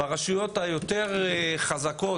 את הרשויות היותר חזקות,